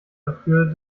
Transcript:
dafür